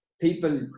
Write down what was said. people